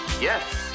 Yes